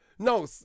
No